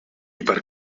per